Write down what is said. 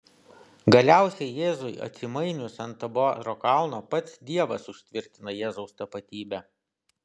galiausiai jėzui atsimainius ant taboro kalno pats dievas užtvirtina jėzaus tapatybę